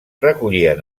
recollien